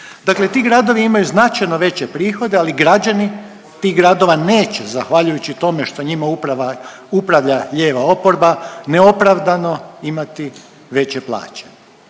dakle ti gradovi imaju značajno veće prihode, ali građani tih gradova neće zahvaljujući tome što njima upravlja lijeva oporba, neopravdano imati veće plaće.